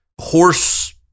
horse